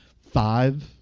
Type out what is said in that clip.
Five